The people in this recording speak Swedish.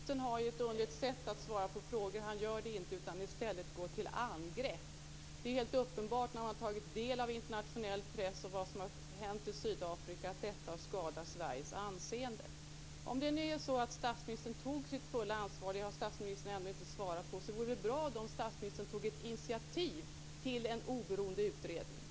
Herr talman! Statsministern har ett underligt sätt att svara på frågor. Han svarar inte. I stället går han till angrepp. Det är helt uppenbart efter att ha tagit del av internationell press och av vad som har hänt i Sydafrika att detta har skadat Sveriges anseende. Om det nu är så att statsministern tog sitt fulla ansvar - där har statsministern ännu inte svarat - vore det bra om statsministern tog initiativ till en oberoende utredning.